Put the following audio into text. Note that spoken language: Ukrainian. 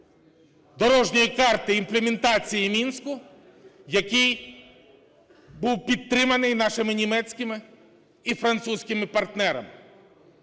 "дорожньої карти" імплементації Мінську, який був підтриманий нашими німецькими і французькими партнерами.